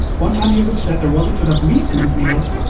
one time he is upset there wasn't enough meat in his meal.